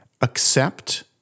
accept